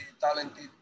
talented